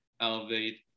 elevate